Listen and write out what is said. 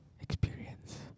Experience